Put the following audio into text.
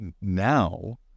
now